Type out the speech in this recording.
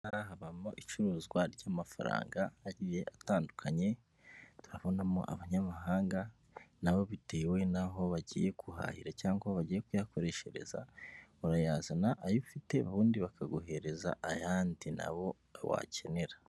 Aha ngaha habamo icuruzwa ry'amafaranga agiye atandukanye, turabonamo abanyamahanga, na bo bitewe n'aho bagiye ku guhahira cyangwa aho bagiye kuyakoreshereza, urayazana ayo ufite, ubundi bakaguhereza ayandi nabo wakenera.